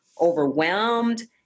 overwhelmed